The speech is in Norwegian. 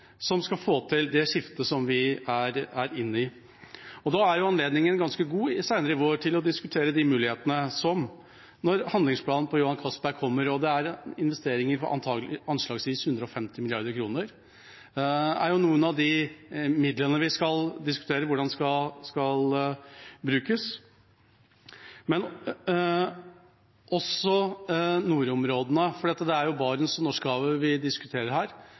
som skal få til det skiftet som vi er inne i. Da er anledningen ganske god senere i vår til å diskutere de mulighetene – når handlingsplanen på Johan Castberg kommer. Det er investeringer på anslagsvis 150 mrd. kr. Det er de midlene vi skal diskutere hvordan skal brukes, men også nordområdene, for det er Barentshavet og Norskehavet vi diskuterer her